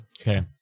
Okay